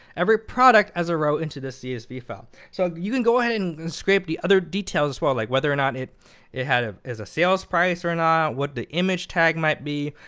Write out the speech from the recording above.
every product as a row, into this csv file. so you can go ahead and scrape the other details, so ah like whether or not it it ah is a sales price or not, what the image tag might be.